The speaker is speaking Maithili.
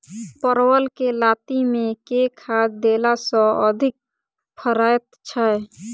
परवल केँ लाती मे केँ खाद्य देला सँ अधिक फरैत छै?